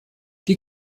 die